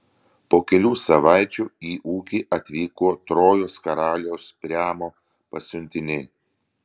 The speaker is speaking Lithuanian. po kelių savaičių į ūkį atvyko trojos karaliaus priamo pasiuntiniai